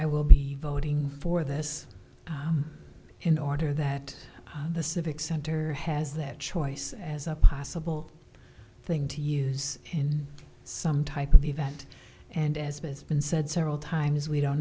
i will be voting for this in order that the civic center has that choice as a possible thing to use in some type of event and as both been said several times we don't